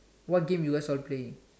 what games you guys all playing